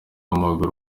w’amaguru